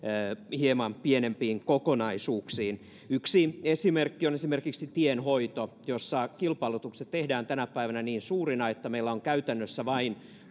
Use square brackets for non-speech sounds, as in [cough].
hieman pienempiin kokonaisuuksiin yksi esimerkki on tienhoito jossa kilpailutukset tehdään tänä päivänä niin suurina että meillä on käytännössä vain [unintelligible]